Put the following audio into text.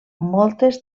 moltes